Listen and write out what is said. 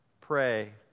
Pray